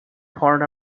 part